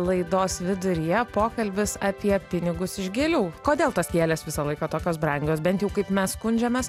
laidos viduryje pokalbis apie pinigus iš gėlių kodėl tos gėlės visą laiką tokios brangios bent jau kaip mes skundžiamės